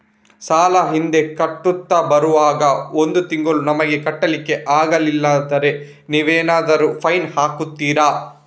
ಸಾಲ ಹಿಂದೆ ಕಟ್ಟುತ್ತಾ ಬರುವಾಗ ಒಂದು ತಿಂಗಳು ನಮಗೆ ಕಟ್ಲಿಕ್ಕೆ ಅಗ್ಲಿಲ್ಲಾದ್ರೆ ನೀವೇನಾದರೂ ಫೈನ್ ಹಾಕ್ತೀರಾ?